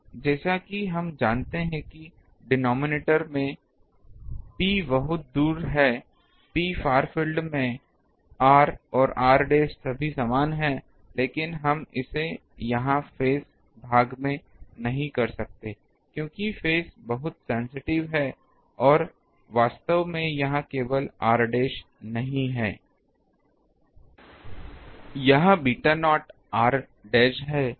अब जैसा कि हम जानते हैं कि डिनोमिनेटर में P बहुत दूर है P फार फील्ड में r और r डैश सभी समान हैं लेकिन हम इसे यहाँ फेज भाग में नहीं कर सकते क्योंकि फेज बहुत सेंसिटिव है और वास्तव में यह केवल r डैश नहीं है यह बीटा नॉट r डैश है